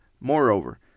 Moreover